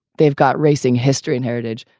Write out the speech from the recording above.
they've got racing history and heritage.